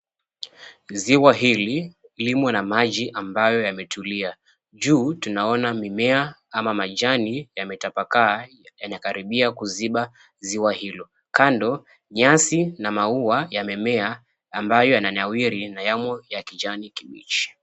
Ziwa hili limo na maji ambayo yametulia juu tunaonamimea ama majani yametapakaa yanakaribia kuziba ziwa hilo kando nyasi na mauwa ambayo yananawiri na yamo ya kijani kibichi.